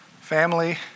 Family